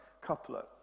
couplet